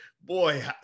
Boy